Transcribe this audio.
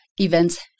events